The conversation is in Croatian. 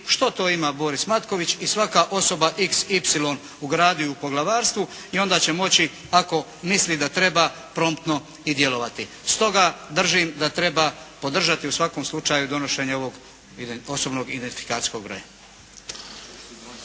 što to ima Boris Matković i svaka osoba xy u gradu i u poglavarstvu. I onda će moći ako misli da treba promptno i djelovati. Stoga, držim da treba podržati u svakom slučaju donošenje ovoga osobnog identifikacijskog broja.